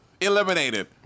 Eliminated